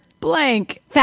blank